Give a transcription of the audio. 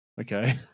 okay